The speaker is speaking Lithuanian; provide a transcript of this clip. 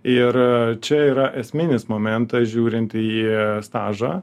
ir čia yra esminis momentas žiūrint į stažą